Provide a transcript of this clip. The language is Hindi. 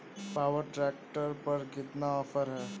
पावर ट्रैक ट्रैक्टर पर कितना ऑफर है?